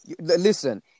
listen